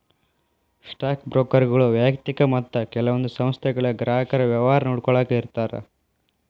stock ಬ್ರೋಕರ್ಗಳು ವ್ಯಯಕ್ತಿಕ ಮತ್ತ ಕೆಲವೊಂದ್ ಸಂಸ್ಥೆಗಳ ಗ್ರಾಹಕರ ವ್ಯವಹಾರ ನೋಡ್ಕೊಳ್ಳಾಕ ಇರ್ತಾರ